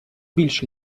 більш